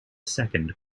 second